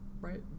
right